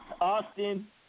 Austin